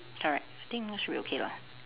correct I think should be okay lah